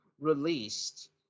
released